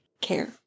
care